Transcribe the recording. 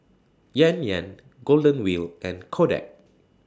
Yan Yan Golden Wheel and Kodak